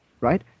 right